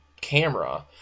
camera